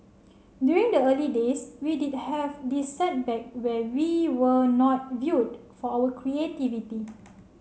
during the early days we did have this setback where we were not viewed for our creativity